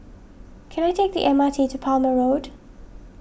can I take the M R T to Palmer Road